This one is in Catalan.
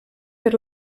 per